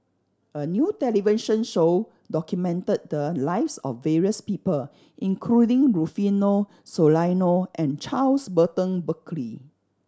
a new television show documented the lives of various people including Rufino Soliano and Charles Burton Buckley